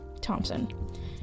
Thompson